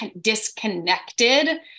disconnected